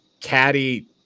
Caddy